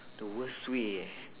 the worst way